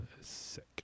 Sick